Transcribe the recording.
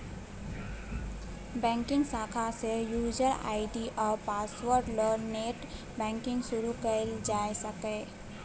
बैंकक शाखा सँ युजर आइ.डी आ पासवर्ड ल नेट बैंकिंग शुरु कयल जा सकैए